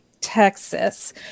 Texas